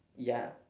ya